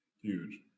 Huge